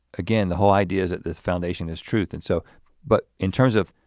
again, the whole idea is that this foundation is truth and so but in terms of